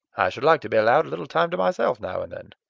i should like to be allowed a little time to myself now and then.